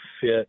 fit